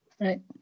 Right